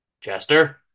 Chester